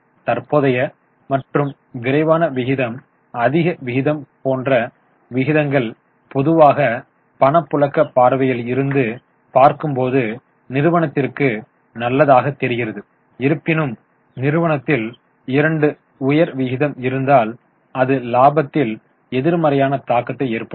தற்போதைய மற்றும் விரைவான விகிதம் அதிக விகிதம் போன்ற விகிதங்கள் பொதுவாக பணப்புழக்க பார்வையில் இருந்து பார்க்கும்போது நிறுவனத்திற்கு நல்லதாக தெரிகிறது இருப்பினும் நிறுவனத்தில் இரண்டு உயர் விகிதம் இருந்தால் அது லாபத்தில் எதிர்மறையான தாக்கத்தை ஏற்படுத்தும்